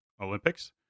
Olympics